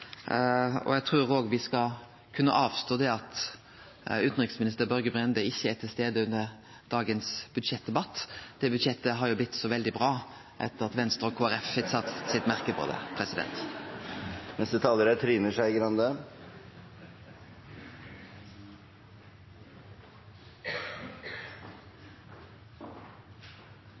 Kina. Eg trur òg me skal kunne avstå det at utanriksminister Børge Brende ikkje er til stades under dagens budsjettdebatt. Det budsjettet har jo blitt så veldig bra etter at Venstre og Kristeleg Folkeparti fekk sett sitt merke på det.